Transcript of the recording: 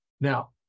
Now